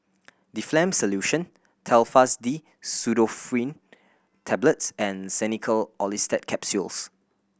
Difflam Solution Telfast D Pseudoephrine Tablets and Xenical Orlistat Capsules